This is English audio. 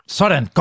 sådan